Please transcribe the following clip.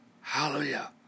hallelujah